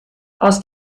aus